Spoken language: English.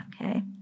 okay